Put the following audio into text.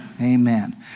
Amen